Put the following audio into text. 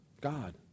God